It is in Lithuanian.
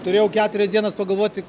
turėjau keturias dienas pagalvoti